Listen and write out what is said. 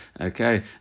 okay